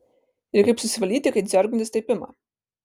ir kaip susivaldyti kai dziorgintis taip ima